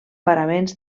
paraments